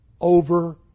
over